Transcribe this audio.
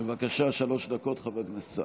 בבקשה, שלוש דקות, חבר הכנסת סעדי.